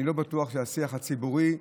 אני לא בטוח שהשיח הציבורי,